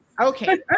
Okay